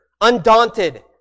undaunted